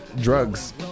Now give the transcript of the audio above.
drugs